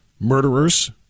Murderers